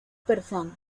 personas